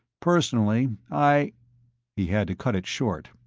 personally i he had to cut it short.